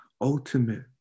ultimate